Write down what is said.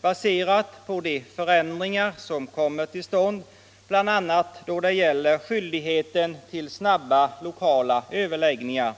baserad på de förändringar som kommer till stånd bl.a. då det gäller skyldigheten till snabba lokala överläggningar.